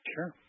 Sure